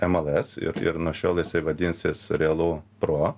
mls ir ir nuo šiol jisai vadinsis realu pro